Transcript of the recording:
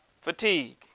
fatigue